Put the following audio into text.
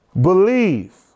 Believe